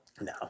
No